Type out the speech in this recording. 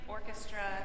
Orchestra